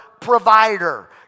provider